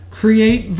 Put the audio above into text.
Create